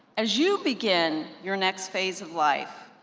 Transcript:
as you begin your next phase of life,